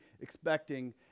expecting